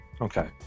okay